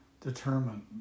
determine